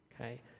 Okay